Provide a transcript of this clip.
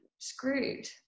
Screwed